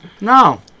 No